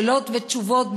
שאלות ותשובות,